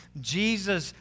Jesus